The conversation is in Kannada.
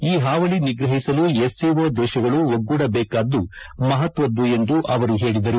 ಈ ಹಾವಳಿ ನಿಗ್ರಹಿಸಲು ಎಸ್ಸಿಒ ದೇಶಗಳು ಒಗ್ಗೂಡಬೇಕಾದ್ದು ಮಹತ್ವದ್ದು ಎಂದು ಅವರು ಹೇಳಿದರು